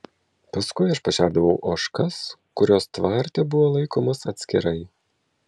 paskui aš pašerdavau ožkas kurios tvarte buvo laikomos atskirai